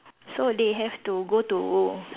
so they have to go to